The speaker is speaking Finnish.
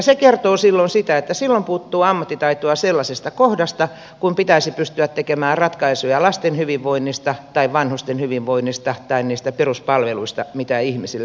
se kertoo silloin sitä että silloin puuttuu ammattitaitoa sellaisesta kohdasta jossa pitäisi pystyä tekemään ratkaisuja lasten hyvinvoinnista tai vanhusten hyvinvoinnista tai niistä peruspalveluista mitä ihmisille annetaan